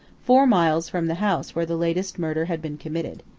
four miles from the house where the latest murder had been committed.